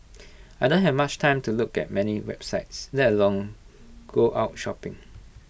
I don't have much time to look at many websites let alone go out shopping